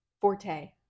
forte